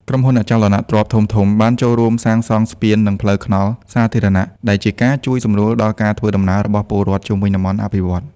ក្រុមហ៊ុនអចលនទ្រព្យធំៗបានចូលរួមសាងសង់ ស្ពាន និងផ្លូវថ្នល់ សាធារណៈ ដែលជាការជួយសម្រួលដល់ការធ្វើដំណើររបស់ពលរដ្ឋជុំវិញតំបន់អភិវឌ្ឍន៍។